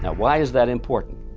why is that important?